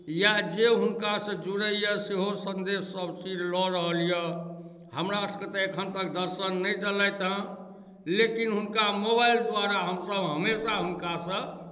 या जे हुनकासँ जुड़ैए सेहो संदेश सभचीज लऽ रहल यए हमरासभकेँ तऽ एखन तक दर्शन नहि देलथि हेँ लेकिन हुनका मोबाइल द्वारा हमसभ हमेशा हुनकासँ